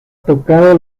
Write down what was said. tocado